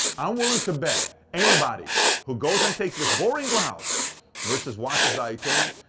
i'm willing to bet anybody who goes and takes this boring route vs. watches valuetainment,